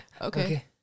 Okay